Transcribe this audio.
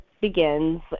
begins